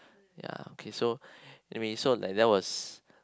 ya okay so anyway so like that was